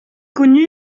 connu